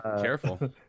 Careful